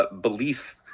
belief